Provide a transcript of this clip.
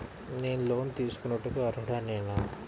నేను లోన్ తీసుకొనుటకు అర్హుడనేన?